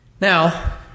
Now